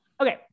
Okay